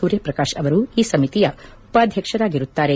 ಸೂರ್ಯ ಪ್ರಕಾಶ್ ಅವರು ಈ ಸಮಿತಿಯ ಉಪಾಧ್ಯಕ್ಷರಾಗಿರುತ್ತಾರೆ